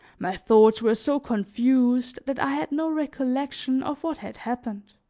my thoughts were so confused that i had no recollection of what had happened.